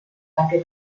perquè